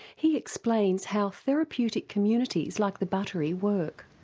he explains how therapeutic communities like the buttery work.